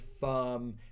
firm